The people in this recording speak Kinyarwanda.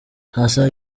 sasa